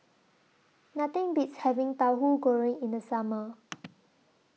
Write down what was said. Nothing Beats having Tauhu Goreng in The Summer